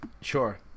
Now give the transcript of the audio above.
sure